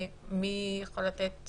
מי יכול לתת